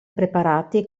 preparati